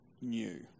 new